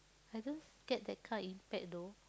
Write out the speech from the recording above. I don't get that kind of impact though